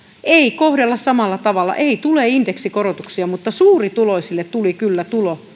ei kohdella samalla tavalla ei tule indeksikorotuksia mutta suurituloisille tuli kyllä